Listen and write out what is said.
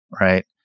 right